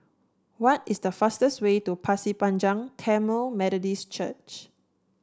what is the fastest way to Pasir Panjang Tamil Methodist Church